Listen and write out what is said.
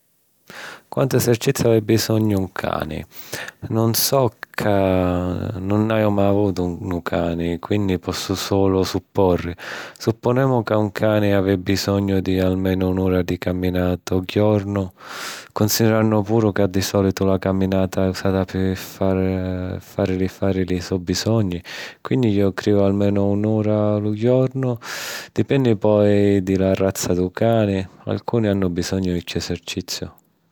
Quantu eserciziu havi bisognu un cani... nun so ca nun haju mai avutu un cani quinni pozzu sulu supporri. Suppunemu ca un cani havi bisognu di almenu un'ura di caminata ô jornu, cunsidirannu puru ca di sòlitu la caminata è usata pi farli fari li so' bisogni quinni jo criu almenu un'ura a lu jornu. Dipenni poi di la razza dû cani. Alcuni hannu bisognu di chiù eserciziu.